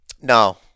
No